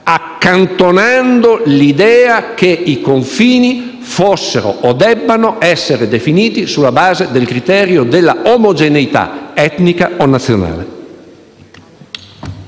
accantonando l'idea che i confini fossero o debbano essere definiti sulla base del criterio dell'omogeneità etnica o nazionale.